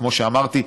כמו שאמרתי,